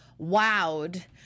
wowed